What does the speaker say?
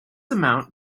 amount